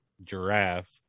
giraffe